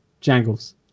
jangles